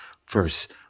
first